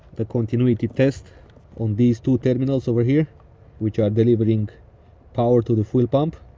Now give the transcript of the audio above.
the continuity test on these two terminals over here which are delivering power to the fuel pump.